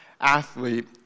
athlete